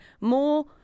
more